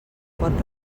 pot